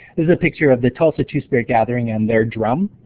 this is a picture of the tulsa two-spirit gathering and their drum.